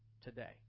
today